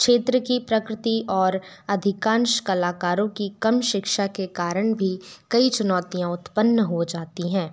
क्षेत्र की प्रकृति और अधिकांश कलाकारों की कम शिक्षा के कारण भी कई चुनौतियाँ उत्पन्न हो जाती हैं